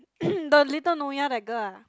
the little Nyonya that girl ah